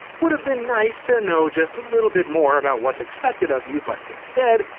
would've been nice to know just a little bit more about what's expected of you, but instead,